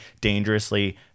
dangerously